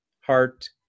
heart